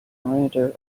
perimeter